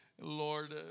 Lord